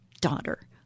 daughter